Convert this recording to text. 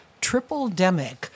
triple-demic